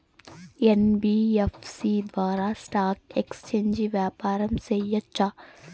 NBFC ద్వారా stock exchange వ్యాపారం సేయొచ్చా?